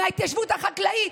מההתיישבות החקלאית,